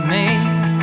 make